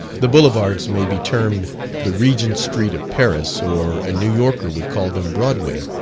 the boulevards may be termed the regent street of paris, or a new yorker would call them broadway.